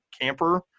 camper